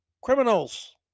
criminals